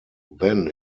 then